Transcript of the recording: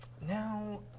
Now